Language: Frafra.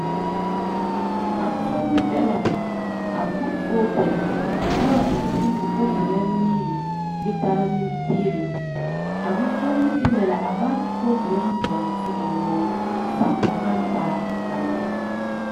A tuunɛ de la,a gu foote la, la n wan iŋɛ se'em ti foote la niɛ gee tara nimpiilum. A me tuunɛ kelum dɛna la,a basɛ ti foote la san bɔna zi'a woo sageŋɔ kan paɛ e kalam.